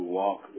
walk